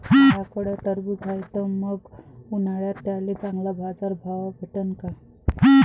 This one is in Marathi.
माह्याकडं टरबूज हाये त मंग उन्हाळ्यात त्याले चांगला बाजार भाव भेटन का?